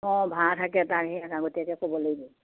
অঁ ভাড়া থাকে তাৰ সেই আগতীয়াকে ক'ব লাগিব